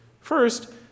First